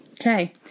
Okay